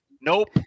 nope